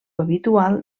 habitual